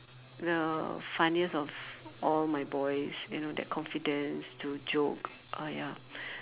the funniest of all my boys you know that confidence to joke ah ya